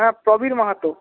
হ্যাঁ প্রবীর মাহাতো